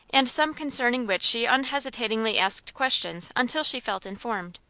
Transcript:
and some concerning which she unhesitatingly asked questions until she felt informed.